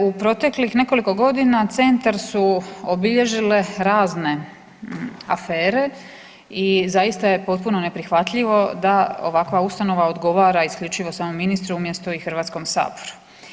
U proteklih nekoliko godina, centar su obilježile razne afere i zaista je potpuno neprihvatljivo da ovakva ustanova odgovara isključivo samom ministru i Hrvatskom saboru.